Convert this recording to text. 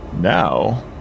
now